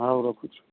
ହଉ ରଖୁଛି